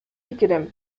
пикирим